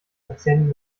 patienten